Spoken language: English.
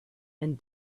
and